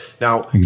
Now